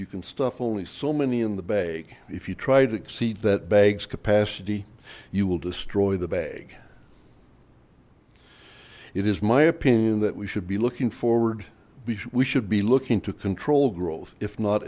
you can stuff only so many in the bag if you try to exceed that bags capacity you will destroy the bag it is my opinion that we should be looking forward we should be looking to control growth if not